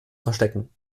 verstecken